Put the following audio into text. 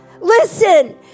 Listen